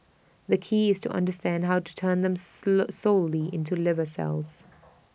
the key is to understand how to turn them slow solely into liver cells